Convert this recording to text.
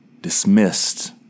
dismissed